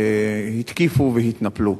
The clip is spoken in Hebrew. התקיפו והתנפלו.